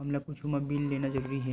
हमला कुछु मा बिल लेना जरूरी हे?